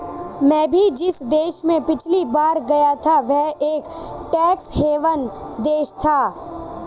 मैं भी जिस देश में पिछली बार गया था वह एक टैक्स हेवन देश था